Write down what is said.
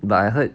but I heard